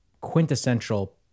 quintessential